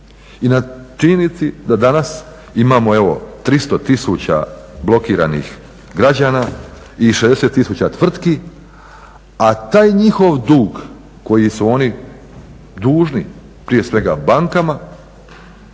i na činjenici da danas imamo evo 300 tisuća blokiranih građana i 60 tisuća tvrtki. A taj njihov dug koji su oni dužni prije svega bankama,